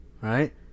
right